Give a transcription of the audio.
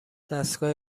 دستگاه